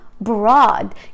broad